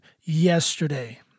yesterday